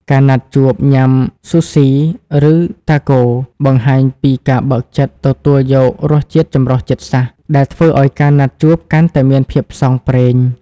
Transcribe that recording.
ការណាត់ជួបញ៉ាំ Sushi ឬ Taco បង្ហាញពីការបើកចិត្តទទួលយករសជាតិចម្រុះជាតិសាសន៍ ដែលធ្វើឱ្យការណាត់ជួបកាន់តែមានភាពផ្សងព្រេង។